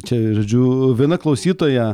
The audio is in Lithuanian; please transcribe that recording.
čia girdžiu viena klausytoja